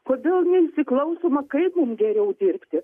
kodėl neįsiklausoma kaip mum geriau dirbti